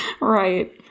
Right